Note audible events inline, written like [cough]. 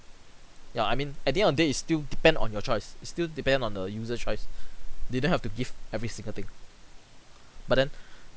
ya I mean at the end of day it still depend on your choice it still depend on the user choice [breath] they don't have to give every single thing but then